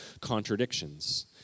contradictions